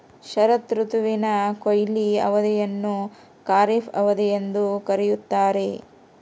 ಶರತ್ ಋತುವಿನ ಕೊಯ್ಲು ಅವಧಿಯನ್ನು ಖಾರಿಫ್ ಅವಧಿ ಎಂದು ಕರೆಯುತ್ತಾರೆ